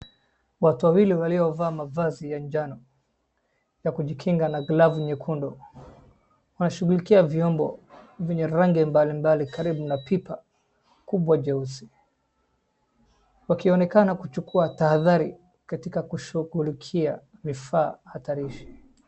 Watu wawili waliovaa mavazi ya njano ya kujikinga na glavu nyekundu, wanashughulikia vyombo vyenye rangi mbalimbali karibu na pipa kubwa jeusi, wakionekana kuchukua tahadhari katika kushughulikia vifaa hatarishi.